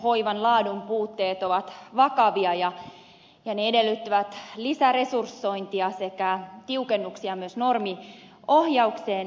vanhustenhoivan laadun puutteet ovat vakavia ja ne edellyttävät lisäresursointia sekä tiukennuksia myös normiohjaukseen